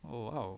oh !wow!